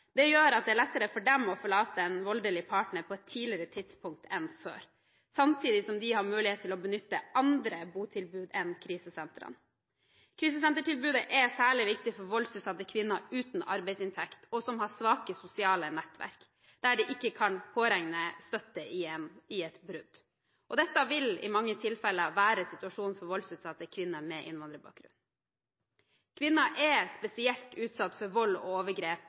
Det gjør at det er lettere for dem å forlate en voldelig partner på et tidligere tidspunkt enn før, samtidig som de har mulighet til å benytte andre botilbud enn krisesentrene. Krisesentertilbudet er særlig viktig for voldsutsatte kvinner uten arbeidsinntekt som har svake sosiale nettverk der de ikke kan påregne støtte ved et brudd. Dette vil i mange tilfeller være situasjonen for voldsutsatte kvinner med innvandrerbakgrunn. Kvinner er spesielt utsatt for vold og overgrep